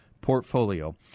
portfolio